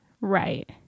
Right